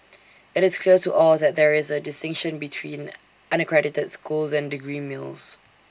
IT is clear to all that there is A distinction between unaccredited schools and degree mills